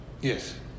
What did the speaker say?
Yes